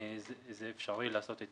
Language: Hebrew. זה אפשרי לעשות את